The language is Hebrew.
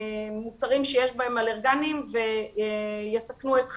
מוצרים שיש בהם אלרגנים ויסכנו את חייו,